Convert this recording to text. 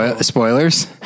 Spoilers